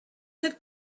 had